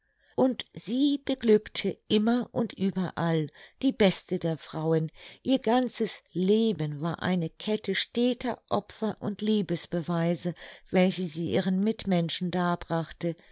und sie beglückte immer und überall die beste der frauen ihr ganzes leben war eine kette steter opfer und liebesbeweise welche sie ihren mitmenschen darbrachte